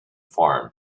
farm